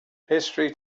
history